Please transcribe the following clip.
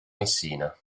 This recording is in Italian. messina